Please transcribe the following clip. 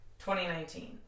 2019